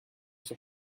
sur